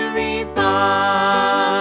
refine